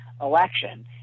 election